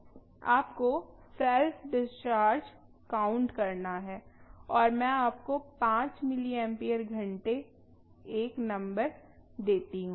आपको self discharge count करना है और मैं आपको 5 मिलिम्पियर घंटे एक नंबर देती हूँ